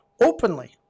openly